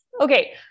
Okay